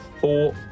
four